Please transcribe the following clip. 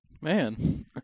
man